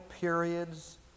periods